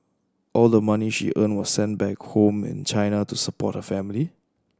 all the money she earned was sent back home in China to support her family